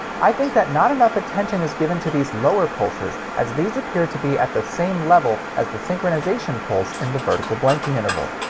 i think that not enough attention is given to these lower pulses, as these appear to be at the same level as the synchronization pulse in the vertical blanking interval.